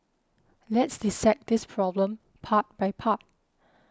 let's dissect this problem part by part